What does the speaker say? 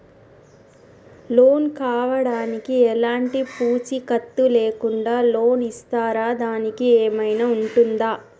Loan కావడానికి ఎలాంటి పూచీకత్తు లేకుండా లోన్ ఇస్తారా దానికి ఏమైనా ఉంటుందా?